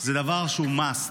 הוא דבר שהוא must,